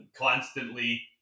constantly